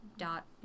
dot